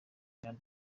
jean